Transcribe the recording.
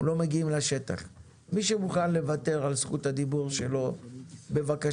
מי שמוכן לוותר על זכות הדיבור שלו בבקשה,